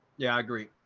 yeah, i agree.